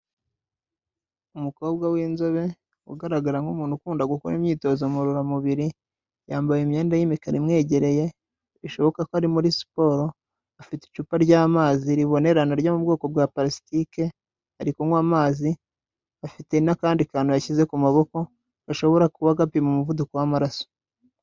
Umukobwa w'inzobe ugaragara nk'umuntu ukunda gukora imyitozo ngororamubiri, yambaye imyenda y'imikara imwegereye bishoboka ko ari muri siporo, afite icupa ry'amazi ribonerana ryo mu bwoko bwa parasitike, ari kunywa amazi, afite n'akandi kantu yashyize ku maboko gashobora kuba gapima umuvuduko w'amaraso.